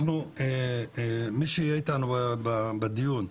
מי שיהיה איתנו בדיון,